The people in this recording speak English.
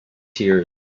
tears